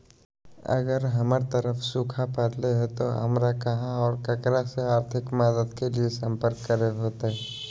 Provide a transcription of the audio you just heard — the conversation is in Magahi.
अगर हमर तरफ सुखा परले है तो, हमरा कहा और ककरा से आर्थिक मदद के लिए सम्पर्क करे होतय?